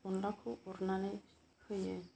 अन्दलाखौ उरनानै होयो